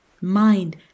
mind